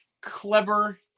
clever